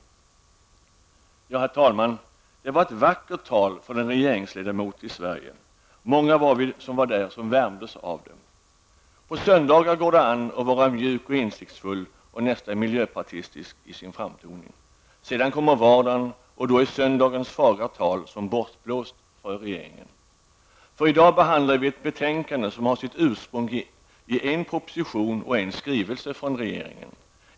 Herr talman! Det var ett vackert tal av en regeringsledamot i Sverige. Många var vi som värmdes därav. På söndagar går det an att vara mjuk och insiktsfull och nästan miljöpartistisk i sin framtoning. Sedan kommer vardagen, och då är söndagens fagra tal som bortblåst för regeringen. I dag behandlar vi ett betänkande som har sitt ursprung i en proposition och en skrivelse från regeringen.